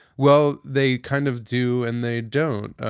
well, they kind of do and they don't.